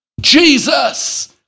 Jesus